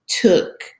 took